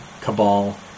Cabal